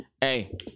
hey